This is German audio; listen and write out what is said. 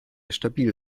stabil